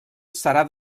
serà